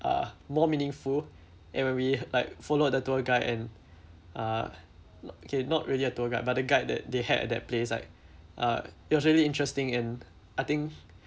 uh more meaningful and when we like followed the tour guide and uh not okay not really a tour guide but the guide that they had at that place like uh it was really interesting and I think